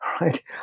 right